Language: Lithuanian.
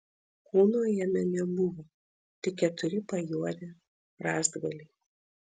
kūno jame nebuvo tik keturi pajuodę rąstgaliai